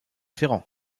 ferrand